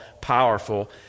powerful